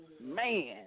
man